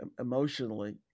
emotionally